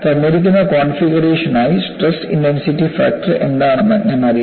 തന്നിരിക്കുന്ന കോൺഫിഗറേഷനായി stress intensity factor എന്താണെന്ന് ഞാൻ അറിയണം